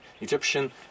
Egyptian